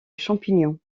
champignons